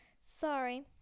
Sorry